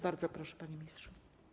Bardzo proszę, panie ministrze.